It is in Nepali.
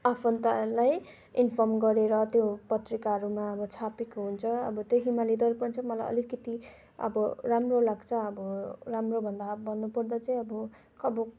आफन्तलाई इन्फर्म गरेर त्यो पत्रिकाहरूमा अब छापेको हुन्छ अब त्यो हिमालय दर्पण चाहिँ मलाई अलिकति अब राम्रो लाग्छ अब राम्रो भन्दा भन्नु पर्दा चाहिँ अब अब